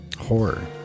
Horror